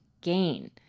gain